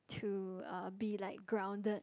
to uh be like grounded